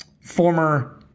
Former